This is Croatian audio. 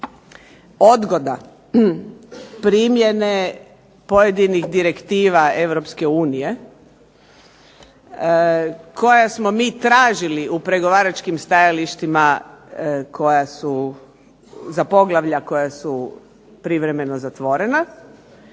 odgoda primjene pojedinih direktiva EU koja smo mi tražili u pregovaračkim stajalištima za poglavlja koja su privremeno zatvorena